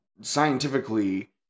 scientifically